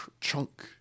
chunk